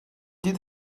did